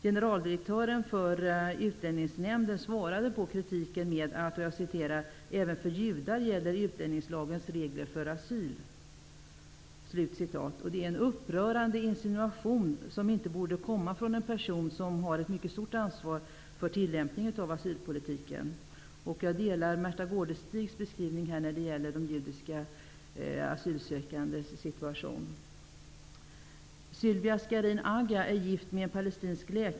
Generaldirektören för Utlänningsnämnden svarade på kritiken: ''Även för judar gäller utlänningslagens regler för asyl.'' Det är en upprörande insinuation, som inte borde komma från den person som har ett mycket stort ansvar för tillämpningen av asylpolitiken. Jag delar Märtha Gårdestigs beskrivning när det gäller judiska asylsökandes situation.